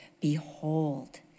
behold